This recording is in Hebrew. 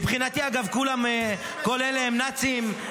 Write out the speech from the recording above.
מבחינתי, אגב, כל אלה הם נאצים.